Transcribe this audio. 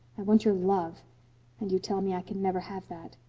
i want your love and you tell me i can never have that.